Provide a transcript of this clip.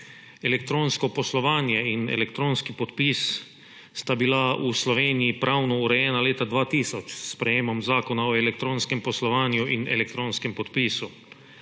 Elektronsko poslovanje in elektronski podpis sta bila v Sloveniji pravno urejena leta 2000 s sprejetjem Zakona o elektronskem poslovanju in elektronskem podpisu.